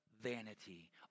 vanity